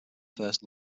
first